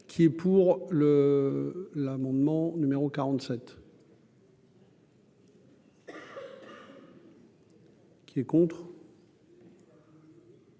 qui est pour le l'amendement numéro 47. Qui est contre.